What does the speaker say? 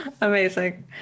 Amazing